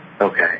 Okay